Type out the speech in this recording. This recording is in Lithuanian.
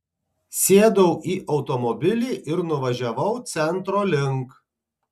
sėdau į automobilį ir nuvažiavau centro link